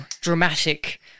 dramatic